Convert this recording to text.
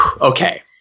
okay